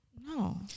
no